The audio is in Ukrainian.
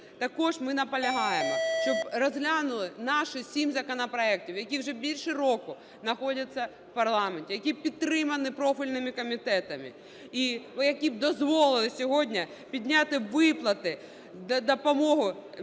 Також ми наполягаємо, щоб розглянули наші сім законопроектів, які вже більше року знаходяться в парламенті, які підтримані профільними комітетами і які б дозволити сьогодні підняти виплати та допомогу людям